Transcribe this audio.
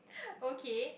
okay